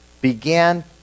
began